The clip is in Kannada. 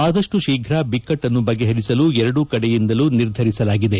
ಆದಷ್ಟು ಶೀಫ್ರ ಬಿಕ್ಕಟನ್ನು ಬಗೆಹರಿಸಲು ಎರಡೂ ಕಡೆಯಿಂದಲೂ ನಿರ್ಧರಿಸಲಾಗಿದೆ